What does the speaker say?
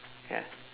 ya